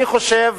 אני חושב